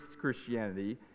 Christianity